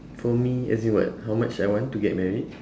for me as in what how much I want to get married